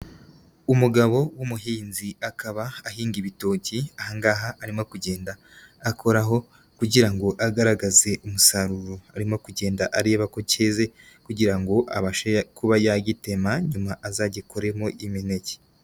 Umugabo w'umuhinzi, akaba ahinga ibitoki aha ngaha arimo kugenda akoraho kugira ngo agaragaze umusaruro, arimo kugenda areba ko keze kugira ngo abashe kuba yagitema nyuma azagikoremo imineke.